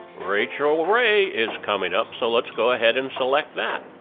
rachael ray, is coming up, so let's go ahead and select that.